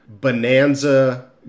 Bonanza